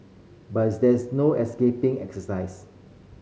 but is there is no escaping exercise